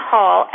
Hall